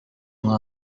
nka